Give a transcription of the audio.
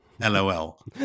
LOL